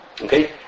Okay